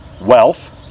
wealth